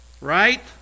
right